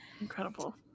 Incredible